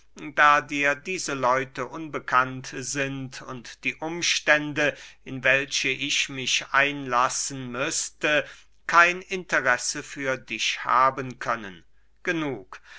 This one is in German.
da dir diese leute unbekannt sind und die umstände in welche ich mich einlassen müßte kein interesse für dich haben können genug